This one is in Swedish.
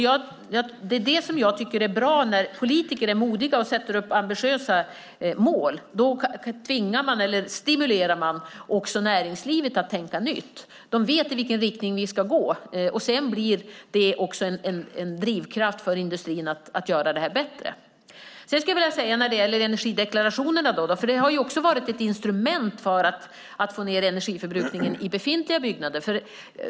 Jag tycker att det är bra när politiker är modiga och sätter upp ambitiösa mål. Då tvingar man eller stimulerar också näringslivet att tänka nytt. De vet i vilken riktning vi ska gå. Sedan blir det också en drivkraft för industrin att göra detta bättre. Sedan vill jag säga något om energideklarationerna. De har varit ett instrument för att få ned energiförbrukningen i befintliga byggnader.